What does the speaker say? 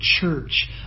church